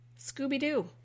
Scooby-Doo